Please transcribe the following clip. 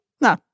no